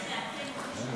השמאלני.